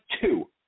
two